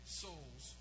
souls